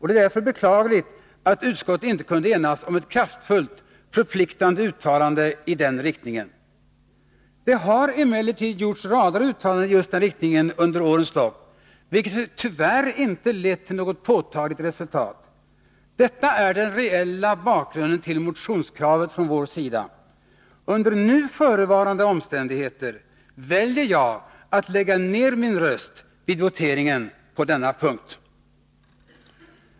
Det är därför beklagligt att utskottet inte kunde enas om ett kraftfullt, förpliktande uttalande i den riktningen. Det har emellertid gjorts rader av uttalanden i just den riktningen under årens lopp, vilket tyvärr inte lett till något påtagligt resultat. Detta är den reella bakgrunden till motionskravet från vår sida. Under nu förevarande omständigheter väljer jag att lägga ner min röst vid voteringen på denna punkt.